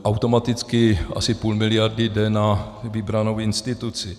Automaticky asi půl miliardy jde na vybranou instituci.